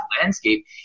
landscape